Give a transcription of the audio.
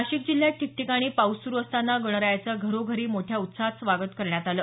नाशिक जिल्ह्यात ठिकठिकाणी पाऊस सुरु असताना गणरायाचं घरोघऱी मोठ्या उत्साहात स्वागत करण्यात आलं